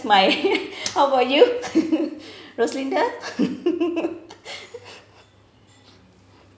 my how about you roslinda